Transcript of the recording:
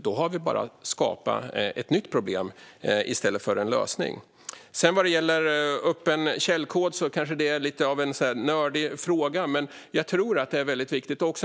Då har vi skapat ett nytt problem i stället för en lösning. Vad gäller öppen källkod kanske det är lite av en nördig fråga, men jag tror att det är viktigt.